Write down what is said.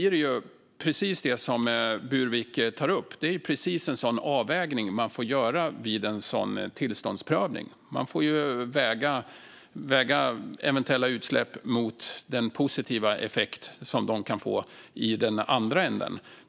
Det Burwick tar upp är precis en sådan avvägning man får göra vid en sådan tillståndsprövning. Man får väga eventuella utsläpp mot den positiva effekt som det kan bli i andra änden.